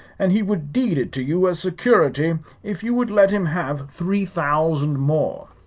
and he would deed it to you as security if you would let him have three thousand more.